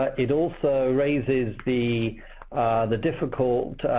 ah it also raises the the difficult